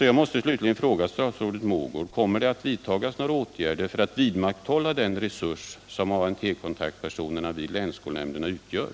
Jag måste slutligen fråga statsrådet Mogård: Kommer det att vidtagas några åtgärder för att vidmakthålla den resurs som ANT-kontaktpersonerna vid länsskolnämnderna utgör?